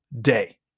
day